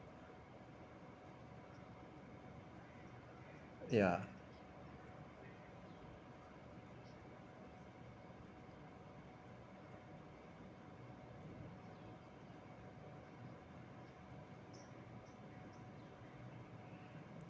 ya